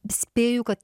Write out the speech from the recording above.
spėju kad